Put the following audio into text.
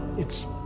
it's.